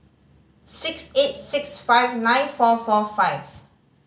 six eight six five nine four four five